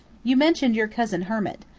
you mentioned your cousin, hermit.